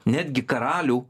netgi karalių